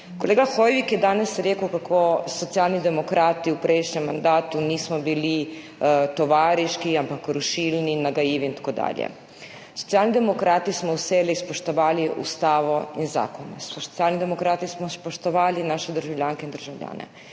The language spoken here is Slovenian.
Kolega Hoivik je danes rekel, kako Socialni demokrati v prejšnjem mandatu nismo bili tovariški, ampak rušilni, nagajivi in tako dalje. Socialni demokrati smo vselej spoštovali ustavo in zakone, Socialni demokrati smo spoštovali naše državljanke in državljane.